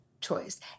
choice